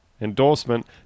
Endorsement